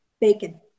Bacon